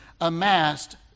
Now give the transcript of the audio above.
amassed